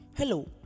Hello